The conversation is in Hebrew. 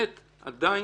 כמו כן, עדין,